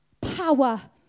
Power